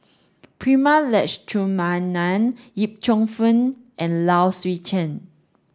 Prema Letchumanan Yip Cheong and Low Swee Chen